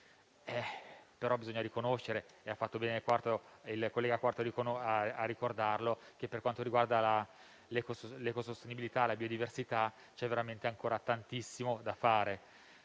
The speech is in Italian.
ma bisogna riconoscere - e bene ha fatto il collega Quarto a ricordarlo - che per quanto riguarda la sostenibilità e la biodiversità c'è ancora tantissimo da fare.